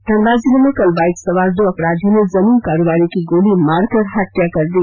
धनबाद जिले में कल बाइक सवार दो अपराधियों ने जमीन कारोबारी की गोली मारकर हत्या कर दी